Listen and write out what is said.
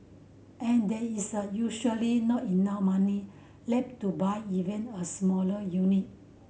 and there is a usually not enough money left to buy even a smaller unit